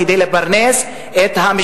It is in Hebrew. אבל כבר נדע מתי סוגרים את הפער